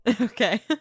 Okay